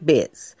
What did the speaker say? Bits